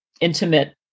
intimate